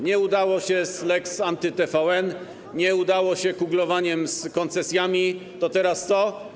Nie udało się z lex anty-TVN, nie udało się z kuglowaniem z koncesjami, to teraz co?